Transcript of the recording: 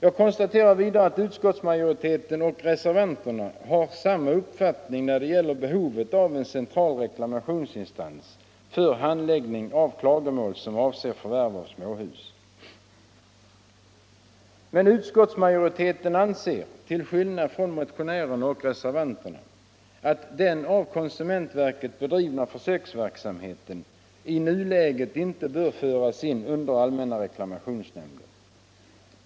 Jag konstaterar vidare att utskottsmajoriteten och reservanterna har samma uppfattning när det gäller behovet av en central reklamationsinstans för handläggning av klagomål som avser förvärv av småhus. Men utskottsmajoriteten anser, till skillnad från motionärerna och re servanterna, att den av konsumentverket bedrivna försöksverksamheten i nuläget inte bör föras in under Allmänna reklamationsnämnden.